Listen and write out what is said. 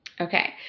Okay